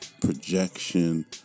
projection